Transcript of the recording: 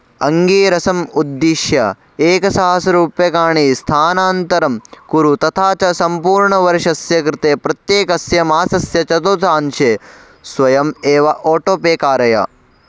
अङ्गीरसम् उद्दिश्य एकसहस्ररूप्यकाणि स्थानान्तरं कुरु तथा च सम्पूर्णवर्षस्य कृते प्रत्येकस्य मासस्य चतुर्थांशे स्वयम् एव आटो पे कारय